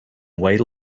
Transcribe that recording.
wait